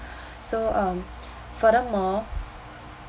so um furthermore